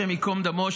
השם ייקום דמו,